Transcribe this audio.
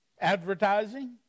advertising